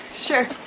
sure